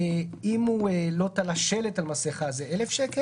אם הוא לא תלה שלט על מסכה הקנס הוא 1,000 ש"ח,